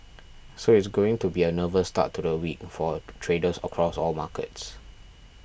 so it's going to be a nervous start to the week for traders across all markets